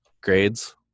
grades